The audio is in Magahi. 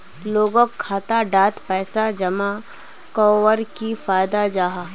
लोगोक खाता डात पैसा जमा कवर की फायदा जाहा?